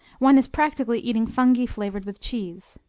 one is practically eating fungi flavored with cheese.